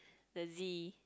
the Z